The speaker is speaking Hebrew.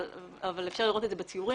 אבל אפשר לראות את זה בציורים.